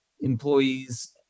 employees